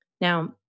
Now